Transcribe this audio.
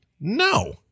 No